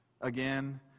again